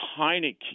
Heineke